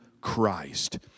Christ